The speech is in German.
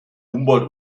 humboldt